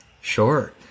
Sure